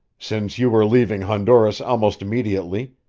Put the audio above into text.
since you were leaving honduras almost immediately,